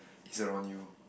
is around you